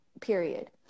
period